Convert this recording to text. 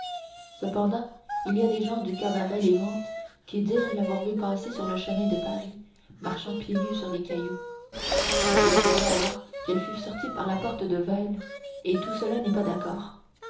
cependant il y a des gens du cabaret les vantes qui dirent l'avoir vue passer sur le chemin de paris marchant pieds nus sur les cailloux mais il faudrait alors qu'elle fût sortie par la porte de vesle et tout cela n'est pas d'accord